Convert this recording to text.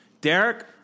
Derek